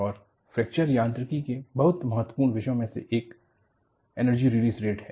और फ्रैक्चर यांत्रिकी के बहुत महत्वपूर्ण विषयों में से एक एनर्जी रिलीज रेट है